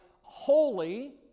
holy